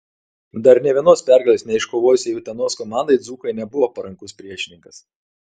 dar nė vienos pergalės neiškovojusiai utenos komandai dzūkai nebuvo parankus priešininkas